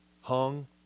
hung